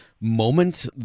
moment